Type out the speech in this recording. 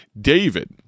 David